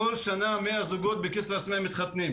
כל שנה מאה זוגות בכסרא סמיע מתחתנים,